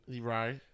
right